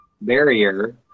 barrier